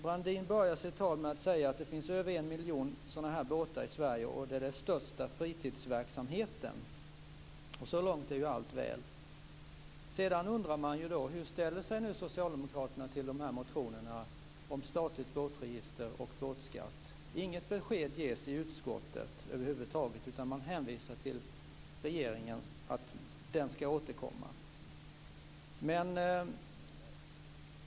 Brandin börjar sitt tal med att säga att det finns över en miljon sådana här båtar i Sverige och att det rör sig om den största fritidsverksamheten. Så långt är allt väl. Sedan undrar man hur socialdemokraterna ställer sig till motionerna om statligt båtregister och båtskatt. Det ges över huvud taget inget besked i utskottet, utan man hänvisar till att regeringen skall återkomma.